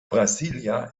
brasília